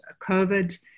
COVID